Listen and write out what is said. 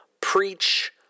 preach